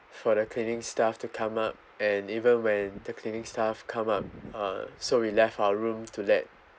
for the cleaning staff to come up and even when the cleaning staff come up uh so we left our room to let